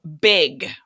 big